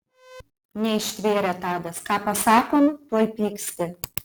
neištvėrė tadas ką pasakom tuoj pyksti